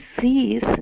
sees